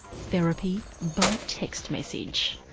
therapy by text message.